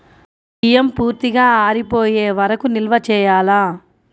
బియ్యం పూర్తిగా ఆరిపోయే వరకు నిల్వ చేయాలా?